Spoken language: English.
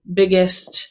biggest